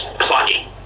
plugging